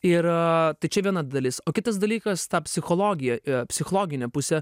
ir tai čia viena dalis o kitas dalykas ta psichologija i psichologinė pusė